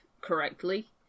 correctly